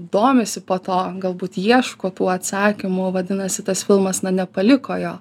domisi po to galbūt ieško tų atsakymų vadinasi tas filmas na nepaliko jo